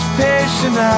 patient